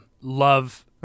love